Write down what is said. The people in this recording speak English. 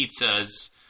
pizzas